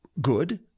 good